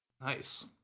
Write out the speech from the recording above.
Nice